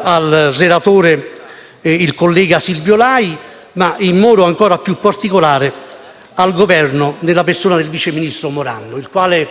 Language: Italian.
al relatore, il collega Silvio Lai, e in modo particolare al Governo, nella persona del vice ministro Morando, di aver